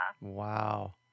Wow